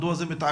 מדוע זה מתעכב?